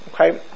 Okay